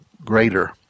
Greater